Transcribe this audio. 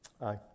Aye